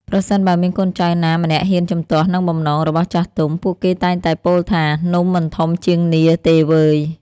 ប្រសិនបើមានកូនចៅណាម្នាក់ហ៊ានជំទាស់នឹងបំណងរបស់ចាស់ទុំ ពួកគេតែងតែពោលថា នំមិនធំជាងនាឡិទេវើយ។